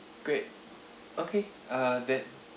great okay uh that